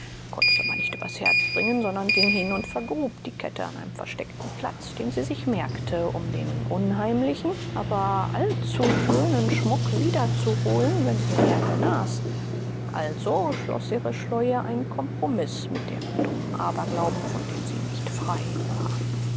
konnte es aber nicht übers herz bringen sondern ging hin und vergrub die kette an einem versteckten platz den sie sich merkte um den unheimlichen aber allzu schönen schmuck wiederzuholen wenn ihr herr genas also schloß ihre schläue ein kompromiß mit dem dummen aberglauben von dem sie nicht frei war